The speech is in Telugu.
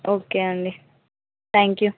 ఓకే అండి థ్యాంక్ యూ